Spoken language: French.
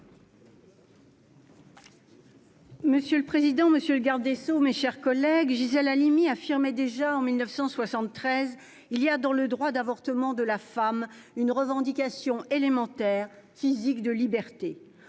Monsieur le président, monsieur le garde des sceaux, mes chers collègues, Gisèle Halimi affirmait déjà en 1973 :« Il y a dans le droit d'avortement de la femme une revendication élémentaire, physique, de liberté.